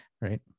right